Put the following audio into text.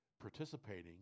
participating